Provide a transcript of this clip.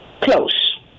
close